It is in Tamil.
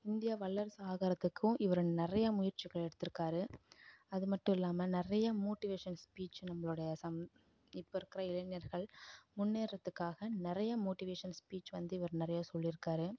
இந்தியா வல்லரசு ஆவறதுக்கும் இவர் நிறையா முயற்சிகள் எடுத்திருக்காரு அது மட்டும் இல்லாமல் நிறைய மோட்டிவேஷன் ஸ்பீச் நம்ளோடைய சம் இப்போ இருக்கிற இளைஞர்கள் முன்னேறதுக்காக நிறைய மோட்டிவேஷன் ஸ்பீச் வந்து இவர் நிறையா சொல்லியிருக்காரு